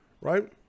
right